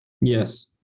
Yes